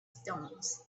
stones